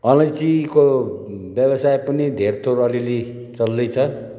अलैँचीको व्यवसाय पनि धेरथोर अलिअलि चल्दैछ